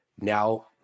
now